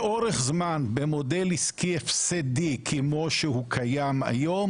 לאורך זמן במודל עסקי הפסדי כמו שהוא קיים היום,